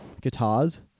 guitars